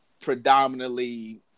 predominantly